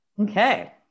Okay